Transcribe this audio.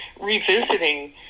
revisiting